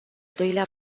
doilea